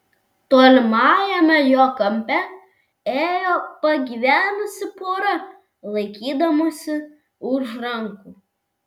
tolimajame jo kampe ėjo pagyvenusi pora laikydamasi už rankų